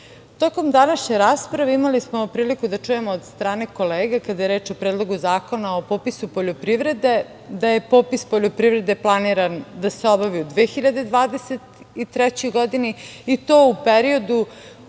današnje rasprave imali smo priliku da čujemo od strane kolega, kada je reč o Predlogu zakona o popisu poljoprivrede, da je popis poljoprivrede planiran da se obavi u 2023. godini, i to u periodu